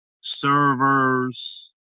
servers